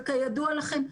וכידוע לכם,